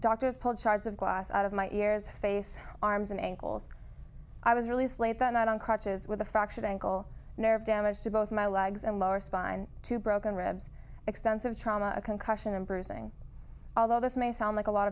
doctors pulled shards of glass out of my ears face arms and ankles i was released late that night on crutches with a fractured ankle nerve damage to both my legs and lower spine two broken ribs extensive trauma a concussion and bruising although this may sound like a lot